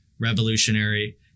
revolutionary